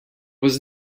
was